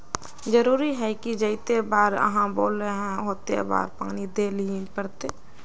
जरूरी है की जयते बार आहाँ बोले है होते बार पानी देल ही पड़ते?